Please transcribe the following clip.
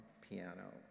piano